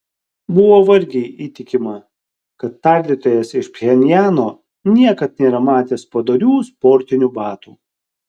buvo vargiai įtikima kad tardytojas iš pchenjano niekad nėra matęs padorių sportinių batų